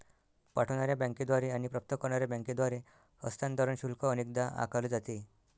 पाठवणार्या बँकेद्वारे आणि प्राप्त करणार्या बँकेद्वारे हस्तांतरण शुल्क अनेकदा आकारले जाते